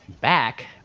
back